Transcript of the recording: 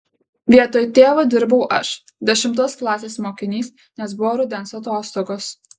vietoj tėvo dirbau aš dešimtos klasės mokinys nes buvo rudens atostogos